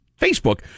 Facebook